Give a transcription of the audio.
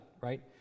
right